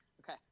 okay